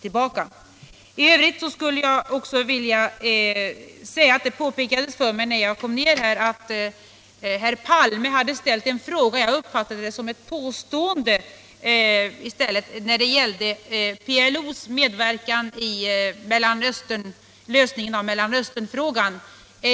Då jag kom tillbaka till kammaren, påpekades det för mig att herr Palme hade ställt en fråga — jag uppfattade det i stället som ett påstående —- när det gällde PLO:s medverkan i lösningen av Mellanösternfrågan.